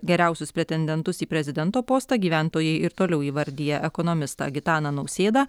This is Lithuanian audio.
geriausius pretendentus į prezidento postą gyventojai ir toliau įvardija ekonomistą gitaną nausėdą